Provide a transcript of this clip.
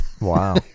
Wow